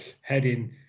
heading